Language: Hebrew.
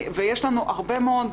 יש לנו הרבה מאוד,